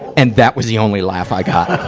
and that was the only laugh i got.